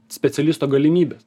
specialisto galimybės